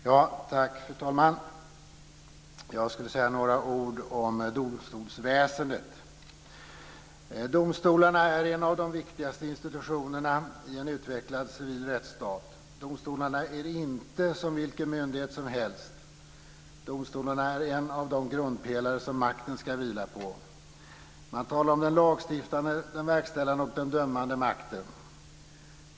Fru talman! Jag ska säga några ord om domstolsväsendet. Domstolarna är en av de viktigaste institutionerna i en utvecklad civil rättsstat. Domstolarna är inte som vilken myndighet som helst. Domstolarna är en av de grundpelare som makten ska vila på. Man talar om den lagstiftande, den verkställande och den dömande makten.